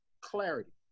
clarity